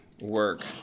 work